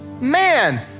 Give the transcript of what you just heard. man